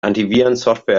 antivirensoftware